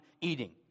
eating